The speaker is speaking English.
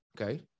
okay